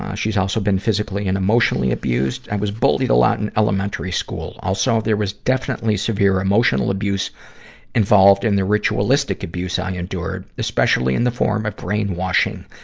ah she's also been physically and emotionally abused. i was bullied a lot in elementary school. also there was definitely severe emotional abuse involved in the ritualistic abuse i endured, especially in the form of brainwashing.